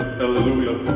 hallelujah